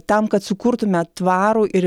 tam kad sukurtume tvarų ir